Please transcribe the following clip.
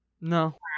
No